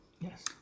Yes